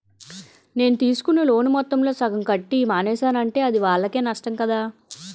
నేను తీసుకున్న లోను మొత్తంలో సగం కట్టి మానేసానంటే అది వాళ్ళకే నష్టం కదా